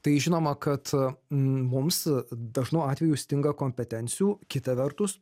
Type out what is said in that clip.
tai žinoma kad mums dažnu atveju stinga kompetencijų kita vertus